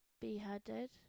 beheaded